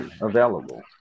available